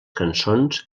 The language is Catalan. cançons